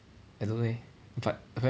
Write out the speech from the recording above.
I don't know leh but